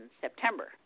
September